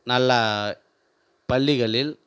நல்ல பள்ளிகளில்